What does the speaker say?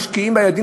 משקיעים בילדים,